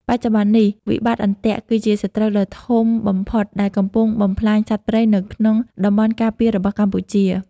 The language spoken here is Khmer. បច្ចុប្បន្ននេះ "វិបត្តិអន្ទាក់" គឺជាសត្រូវដ៏ធំបំផុតដែលកំពុងបំផ្លាញសត្វព្រៃនៅក្នុងតំបន់ការពាររបស់កម្ពុជា។